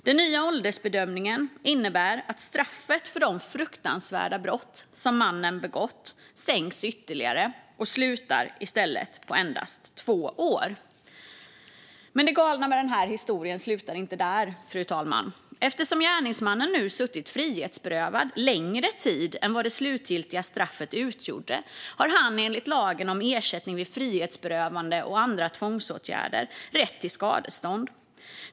Den nya åldersbedömningen innebär att straffet för de fruktansvärda brott som mannen begått sänks ytterligare och i stället slutar på endast två år. Men det galna med den här historien slutar inte där, fru talman. Eftersom gärningsmannen nu suttit frihetsberövad längre tid än vad det slutgiltiga straffet utgjorde har han enligt lagen om ersättning vid frihetsberövande och andra tvångsåtgärder rätt till skadestånd.